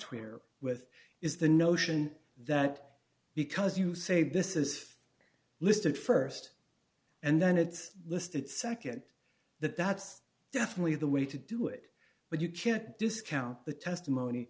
here with is the notion that because you say this is listed st and then it's listed nd that that's definitely the way to do it but you can't discount the testimony